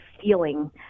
feeling